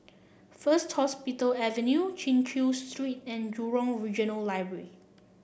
First Hospital Avenue Chin Chew Street and Jurong Regional Library